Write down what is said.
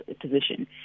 position